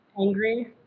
angry